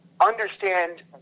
understand